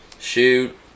shoot